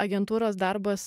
agentūros darbas